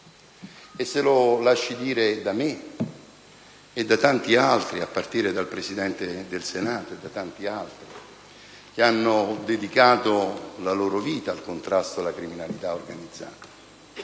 e se lo lasci dire da me e da tanti altri, a partire dal Presidente del Senato, che hanno dedicato la loro vita al contrasto alla criminalità organizzata